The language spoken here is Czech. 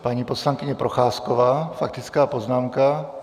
Paní poslankyně Procházková faktická poznámka.